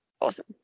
Awesome